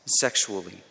sexually